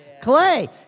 Clay